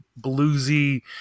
bluesy